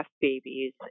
babies